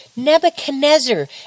Nebuchadnezzar